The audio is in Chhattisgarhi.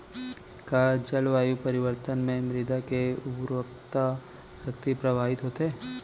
का जलवायु परिवर्तन से मृदा के उर्वरकता शक्ति प्रभावित होथे?